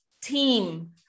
team